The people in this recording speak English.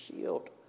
shield